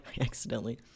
accidentally